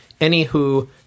Anywho